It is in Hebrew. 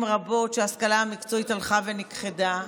רבות שההשכלה המקצועית הלכה ונכחדה.